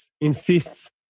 insists